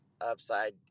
upside